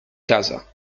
casa